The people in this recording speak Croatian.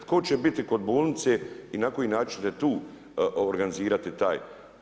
Tko će biti kod bolnice i na koji način ćete tu organizirati taj?